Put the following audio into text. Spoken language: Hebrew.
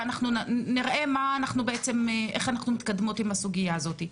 ואנחנו נראה איך אנחנו מתקדמות עם הסוגייה הזאת.